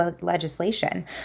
legislation